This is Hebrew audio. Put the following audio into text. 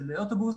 של אוטובוס